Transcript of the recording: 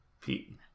Pete